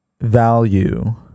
value